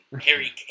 Harry